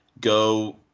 Go